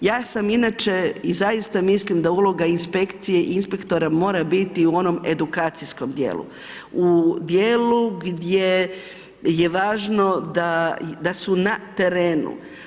ja sam inače i zaista mislim da uloga inspekcije i inspektora mora biti u onom edukacijskom dijelu, u dijelu gdje je važno da su na terenu.